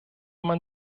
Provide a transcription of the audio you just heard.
man